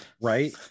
Right